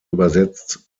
übersetzt